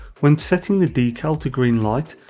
when setting the decal to green light,